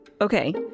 Okay